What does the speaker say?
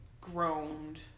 groaned